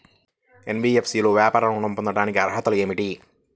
NBFC లో వ్యాపార ఋణం పొందటానికి అర్హతలు ఏమిటీ?